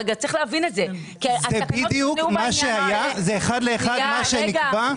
זה בדיוק מה שהיה, זה אחד לאחד מה שנקבע.